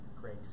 grace